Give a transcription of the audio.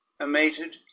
amated